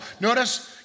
Notice